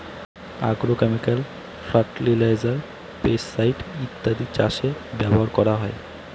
agrochemical fertiliser, pesticide ইত্যাদি চাষে ব্যবহার করা হয়